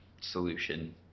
solution